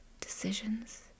decisions